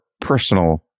personal